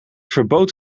verbood